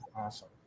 Awesome